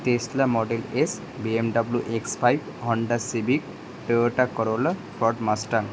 Tesla model S BMW X five Honda Civic Toyota Corolla Ford Mustang